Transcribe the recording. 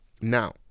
Now